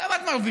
כמה את מרוויחה?